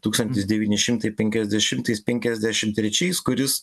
tūkstantis devyni šimtai penkiasdešimtais penkiasdešimt trečiais kuris